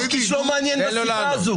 -- יואב קיש לא מעניין בשיחה הזו.